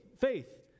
faith